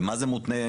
במה זה מותנה?